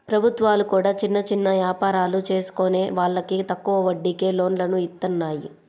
ప్రభుత్వాలు కూడా చిన్న చిన్న యాపారాలు చేసుకునే వాళ్లకి తక్కువ వడ్డీకే లోన్లను ఇత్తన్నాయి